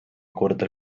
korda